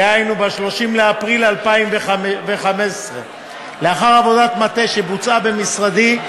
דהיינו ב-30 באפריל 2015. לאחר עבודת מטה שבוצעה במשרדי,